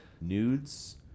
nudes